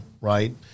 right